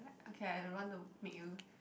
okay I don't want to make you